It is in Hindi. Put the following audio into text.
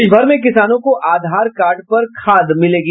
देशभर में किसानों को आधार कार्ड पर खाद मिलेगी